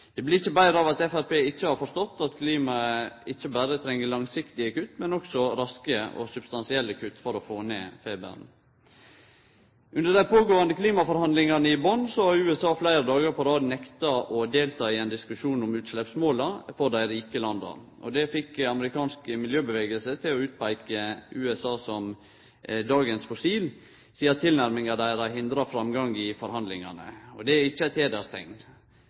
Det blir ikkje betre av at Framstegspartiet ikkje har forstått at klimaet ikkje berre treng langsiktige kutt, men også raske og substansielle kutt for å få ned feberen. Under dei pågåande klimaforhandlingane i Bonn har USA fleire dagar på rad nekta å delta i ein diskusjon om utsleppsmåla for dei rike landa. Det fekk den amerikanske miljørørsla til å peike ut USA som «Dagens fossil», sidan tilnærminga deira hindrar framgang i forhandlingane. Det er ikkje eit heidersteikn. Regjeringa sitt klimaarbeid er